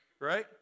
right